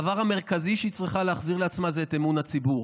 הדבר המרכזי שהיא צריכה להחזיר לעצמה זה את אמון הציבור.